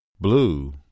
Blue